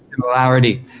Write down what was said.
similarity